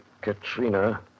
Katrina